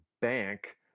bank